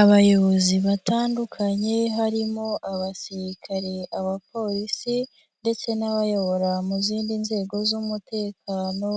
Abayobozi batandukanye harimo abasirikare, abapolisi ndetse n'abayobora mu zindi nzego z'umutekano,